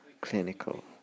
clinical